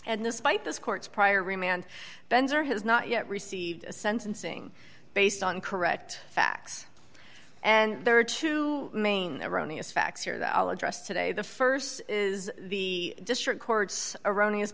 and this fight this court's prior remained bends or has not yet received a sentencing based on correct facts and there are two main erroneous facts here that i'll address today the st is the district court's erroneous